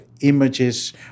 images